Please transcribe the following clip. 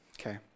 Okay